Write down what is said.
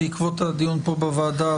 בעקבות הדיון בוועדה,